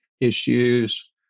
issues